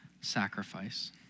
sacrifice